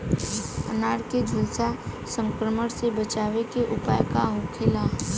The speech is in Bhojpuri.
अनार के झुलसा संक्रमण से बचावे के उपाय का होखेला?